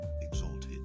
exalted